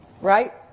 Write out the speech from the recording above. right